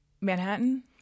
Manhattan